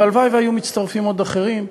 והלוואי שהיו מצטרפים עוד אחרים,